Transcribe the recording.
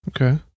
Okay